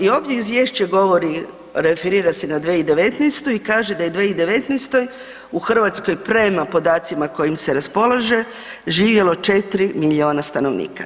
I ovdje izvješće govori, referira se na 2019.-tu i kaže da je u 2019.-toj u Hrvatskoj prema podacima kojim se raspolaže živjelo 4 miliona stanovnika.